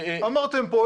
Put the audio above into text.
אמרתם פה,